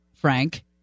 Frank